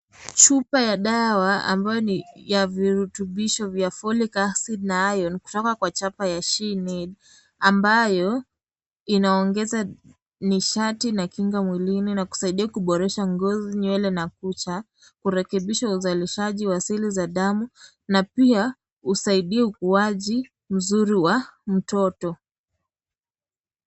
Chupa ya dawa ambayo ni ya virutubisho vya (cs)folic acid(cs) na (cs)iron(cs), kutoka kwa chapa ya (cs)shinid(cs), ambayo inaongeza nishati na kinga mwilini na kusaidia kuboresha ngozi, nywele na kucha, kurekebisha uzalishaji wa seli za damu, na pia husaidia ukuaji mzuri wa, mtoto.